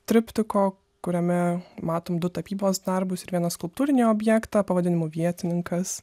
triptiko kuriame matom du tapybos darbus ir vienas skulptūrinį objektą pavadinimu vietininkas